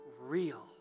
real